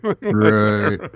Right